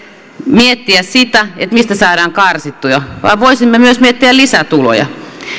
miettiä sitä mistä saadaan karsittua vaan voisimme myös miettiä lisätuloja